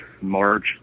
March